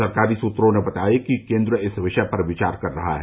सरकारी सूत्रों ने बताया कि केंद्र इस विषय पर विचार कर रहा है